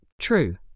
True